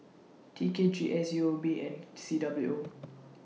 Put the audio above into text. T K G S U O B and C W O